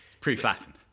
Pre-flattened